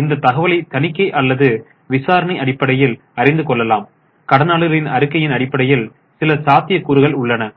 இந்த தகவலை தணிக்கை அல்லது விசாரணையின் அடிப்படையில் அறிந்துகொள்ளலாம் கடனாளர்களின் அறிக்கையின் அடிப்படையில் சில சாத்தியக்கூறுகள் உள்ளன